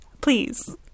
Please